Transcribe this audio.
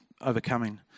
overcoming